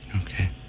Okay